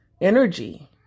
energy